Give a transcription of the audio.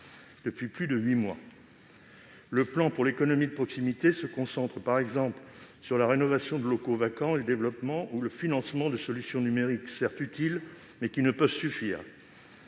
depuis plus de huit mois. Le plan pour l'économie de proximité se concentre, par exemple, sur la rénovation de locaux vacants et le développement ou le financement de solutions numériques, certes utiles, mais qui ne peuvent suffire.